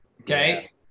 Okay